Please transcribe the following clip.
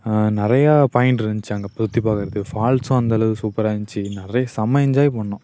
நிறையா பாயிண்ட் இருந்துச்சு அங்கே சுற்றி பார்க்குறதுக்கு ஃபால்ஸும் அந்தளவு சூப்பராக இருந்துச்சு நிறைய செம்ம என்ஜாய் பண்ணினோம்